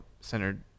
centered